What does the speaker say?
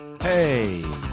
Hey